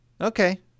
Okay